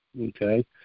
okay